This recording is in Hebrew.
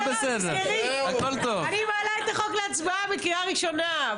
אני מעלה את הצעת חוק כלי הירייה (תיקון מס' 23),